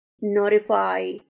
notify